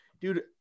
dude